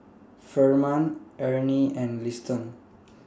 Ferman Ernie and Liston